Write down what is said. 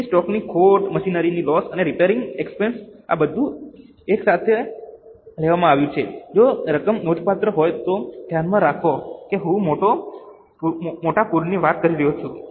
તેથી સ્ટોકની ખોટ મશીનરીને લોસ અને રિપેરિંગ એક્સપેન્સ આ બધું એકસાથે લેવામાં આવ્યું છે જો રકમ નોંધપાત્ર હોય તો ધ્યાનમાં રાખો કે હું મોટા પૂરની વાત કરી રહ્યો છું